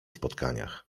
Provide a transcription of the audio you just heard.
spotkaniach